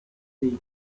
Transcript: tea